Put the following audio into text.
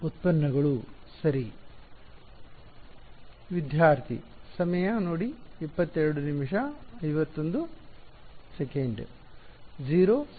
ಉತ್ಪನ್ನಗಳು ಸರಿ 0 ಸರಿ